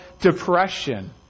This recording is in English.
depression